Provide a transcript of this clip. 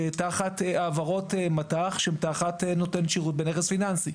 תחת העברות מט"ח שהן תחת נותן שירות בנכס פיננסי?